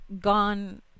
gone